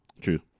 True